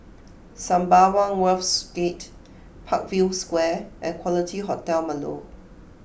Sembawang Wharves Gate Parkview Square and Quality Hotel Marlow